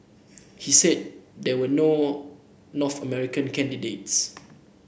he said there were no North American candidates